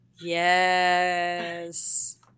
Yes